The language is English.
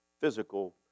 physical